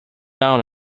down